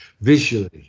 visually